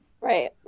Right